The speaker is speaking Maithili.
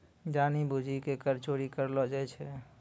जानि बुझि के कर चोरी करलो जाय छै